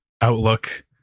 outlook